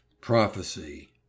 Prophecy